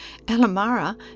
Alamara